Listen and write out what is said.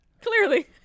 Clearly